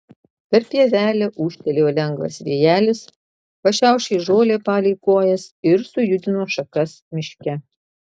per pievelę ūžtelėjo lengvas vėjelis pašiaušė žolę palei kojas ir sujudino šakas miške